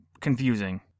confusing